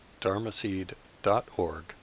dharmaseed.org